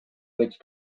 which